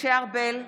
משה ארבל,